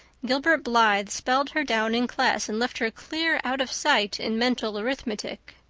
gilbert blythe spelled her down in class and left her clear out of sight in mental arithmetic.